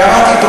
ואמרתי,